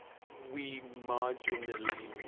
we marginally